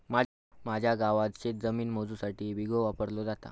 माझ्या गावात शेतजमीन मोजुसाठी बिघो वापरलो जाता